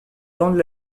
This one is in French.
vendent